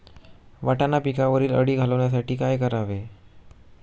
वाटाणा पिकावरील अळी घालवण्यासाठी काय करावे?